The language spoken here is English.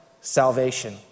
salvation